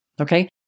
Okay